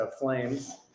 flames